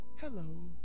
hello